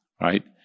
right